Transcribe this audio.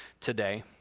today